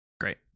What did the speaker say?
Great